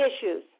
issues